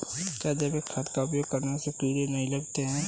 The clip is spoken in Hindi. क्या जैविक खाद का उपयोग करने से कीड़े नहीं लगते हैं?